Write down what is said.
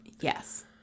Yes